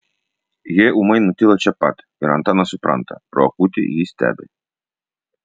jie ūmai nutyla čia pat ir antanas supranta pro akutę jį stebi